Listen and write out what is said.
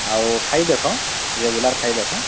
ଆଉ ଖାଇ ଦେଖ ରେଗୁଲାର୍ ଖାଇ ଦେଖ